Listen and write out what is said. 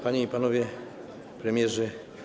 Panie i Panowie Premierzy!